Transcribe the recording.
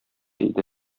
иде